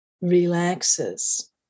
relaxes